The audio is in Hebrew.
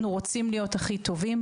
אנחנו רוצים להיות הכי טובים.